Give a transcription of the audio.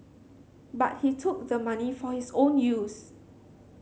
but he took the money for his own use